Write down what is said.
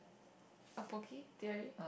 a Poke Theory